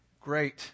great